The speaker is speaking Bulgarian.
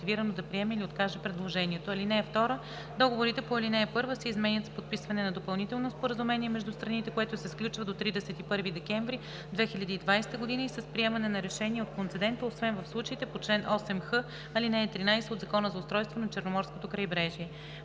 (2) Договорите по ал. 1 се изменят с подписване на допълнително споразумение между страните, което се сключва до 31 декември 2020 г., и с приемане на решение от концедента, освен в случаите по чл. 8х, ал. 13 от Закона за устройството на Черноморското крайбрежие.